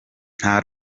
nta